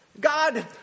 God